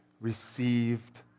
received